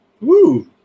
Woo